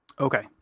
Okay